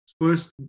First